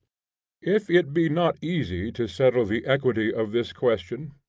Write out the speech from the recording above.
if it be not easy to settle the equity of this question,